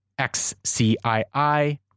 XCII